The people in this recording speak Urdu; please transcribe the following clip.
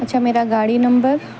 اچھا میرا گاڑی نمبر